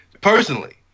Personally